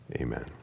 Amen